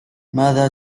ماذا